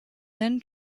then